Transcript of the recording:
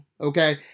okay